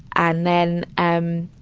and then, um,